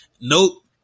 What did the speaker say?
Nope